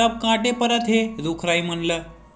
सब कांटे परत हे रुख राई मन ल